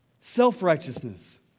self-righteousness